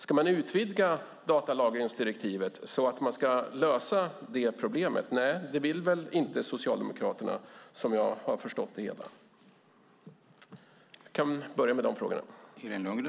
Ska man utvidga datalagringsdirektivet, så att man löser det problemet? Nej, det vill väl inte Socialdemokraterna, som jag har förstått det hela.